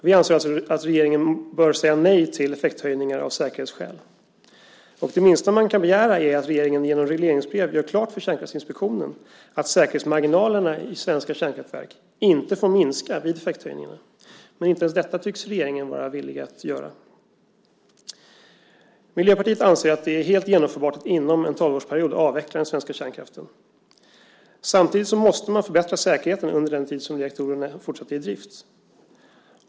Vi anser alltså att regeringen bör säga nej till effekthöjningar av säkerhetsskäl. Det minsta man kan begära är att regeringen genom regleringsbrev gör klart för Kärnkraftsinspektionen att säkerhetsmarginalerna i svenska kärnkraftverk inte får minska vid effekthöjningarna. Men inte ens detta tycks regeringen vara villig att göra. Miljöpartiet anser att det är helt genomförbart att inom en tolvårsperiod avveckla den svenska kärnkraften. Samtidigt måste man förbättra säkerheten under den tid som reaktorerna fortsatt är i drift.